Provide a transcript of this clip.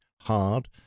hard